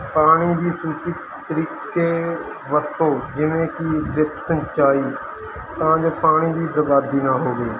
ਪਾਣੀ ਦੀ ਸੂਚਿਤ ਤਰੀਕੇ ਵਰਤੋਂ ਜਿਵੇਂ ਕਿ ਜੇ ਸਿੰਚਾਈ ਤਾਂ ਜੋ ਪਾਣੀ ਦੀ ਬਰਬਾਦੀ ਨਾ ਹੋਵੇ